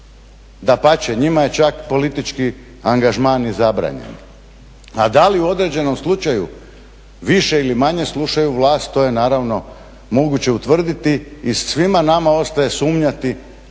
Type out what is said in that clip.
Dapače njima je čak politički angažman i zabranjen, a da li u određenom slučaju više ili manje slušaju vlast to je naravno moguće utvrditi i svima nama ostaje sumnjati